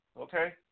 Okay